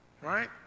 Right